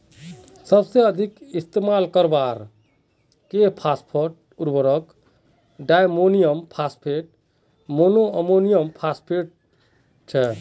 सबसे अधिक इस्तेमाल करवार के फॉस्फेट उर्वरक डायमोनियम फॉस्फेट, मोनोअमोनियमफॉस्फेट छेक